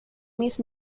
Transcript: miss